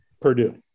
Purdue